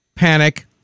panic